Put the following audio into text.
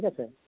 ঠিক আছে